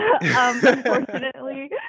unfortunately